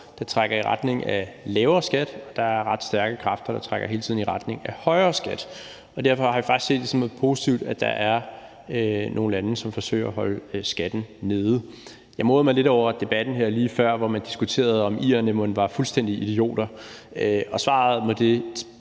der trækker i retning af lavere skat; der er ret stærke kræfter, der hele tiden trækker i retning af højere skat. Derfor har jeg faktisk set det som noget positivt, at der er nogle lande, som forsøger at holde skatten nede. Jeg morede mig lidt over debatten her lige før, hvor man diskuterede, om irerne mon var fuldstændig idioter, og svaret på det